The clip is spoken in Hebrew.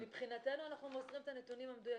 מבחינתנו אנחנו מוסרים את הנתונים המדויקים.